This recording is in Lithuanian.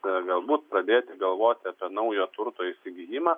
galbūt pradėti galvoti apie naujo turto įsigijimą